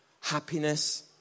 happiness